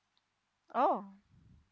oh